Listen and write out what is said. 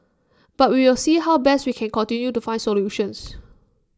but we will see how best we can continue to find solutions